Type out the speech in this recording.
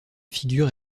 figures